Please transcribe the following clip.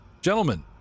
gentlemen